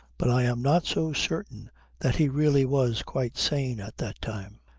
but i am not so certain that he really was quite sane at that time.